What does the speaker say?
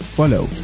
follow